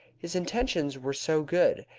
his intentions were so good,